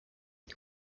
who